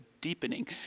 deepening